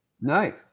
Nice